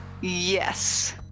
Yes